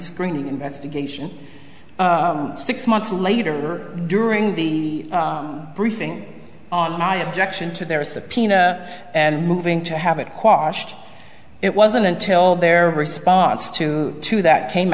prescreening investigation six months later during the briefing on my objection to their subpoena and moving to have it cost it wasn't until their response to two that came